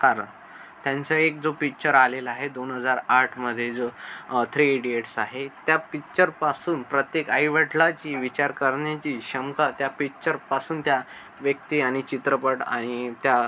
कारण त्यांचा एक जो पिच्चर आलेला आहे दोन हजार आठमध्ये जो थ्री इडियट्स आहे त्या पिक्चरपासून प्रत्येक आईवडलाची विचार करण्याची क्षमता त्या पिक्चरपासून त्या व्यक्ती आणि चित्रपट आणि त्या